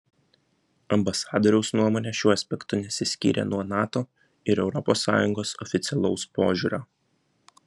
ambasadoriaus nuomonė šiuo aspektu nesiskyrė nuo nato ir europos sąjungos oficialaus požiūrio